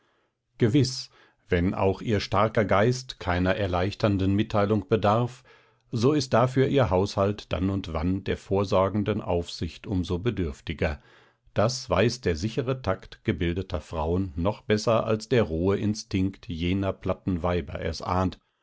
gewiß wenn auch ihr starker geist keiner erleichternden mitteilung bedarf so ist dafür ihr haushalt dann und wann der vorsorgenden aufsicht um so bedürftiger das weiß der sichere takt gebildeter frauen noch besser als der rohe instinkt jener platten weiber es ahnt